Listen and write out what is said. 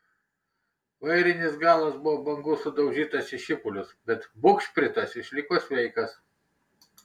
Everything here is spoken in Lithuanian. vairinis galas buvo bangų sudaužytas į šipulius bet bugšpritas išliko sveikas